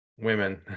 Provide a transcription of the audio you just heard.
women